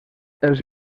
els